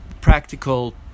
practical